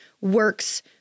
works